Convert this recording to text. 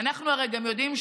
ואנחנו הרי גם יודעים,